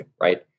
right